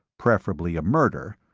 preferably a murder,